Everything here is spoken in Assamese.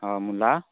অঁ মূলা